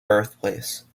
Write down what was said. birthplace